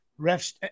refs